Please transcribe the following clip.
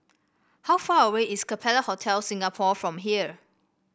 how far away is Capella Hotel Singapore from here